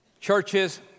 churches